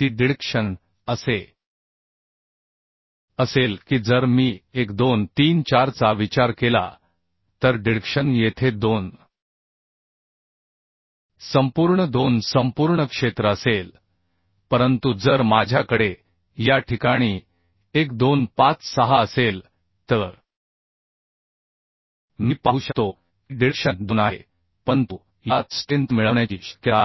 ती डिडक्शन असे असेल की जर मी 1 2 3 4 चा विचार केला तर डिडक्शन येथे 2 संपूर्ण 2 संपूर्ण क्षेत्र असेल परंतु जर माझ्याकडे या ठिकाणी 1 2 5 6 असेल तर मी पाहू शकतो की डिडक्शन 2 आहे परंतु यात स्ट्रेंथ मिळवण्याची शक्यता आहे